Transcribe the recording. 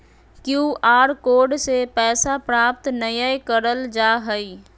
Q R code से पैसा प्राप्त नयय करल जा हइ